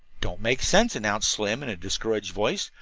don't make sense, announced slim in a discouraged voice.